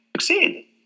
succeed